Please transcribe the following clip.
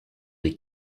des